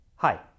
Hi